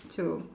to